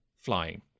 flying